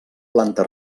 planta